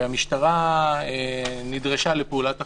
והמשטרה נדרשה לפעולת אכיפה,